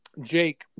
Jake